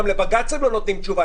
גם לבג"ץ הם לא נותנים תשובה.